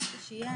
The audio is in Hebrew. ברגע שיהיה,